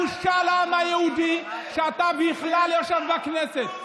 בושה לעם היהודי שאתה בכלל יושב בכנסת.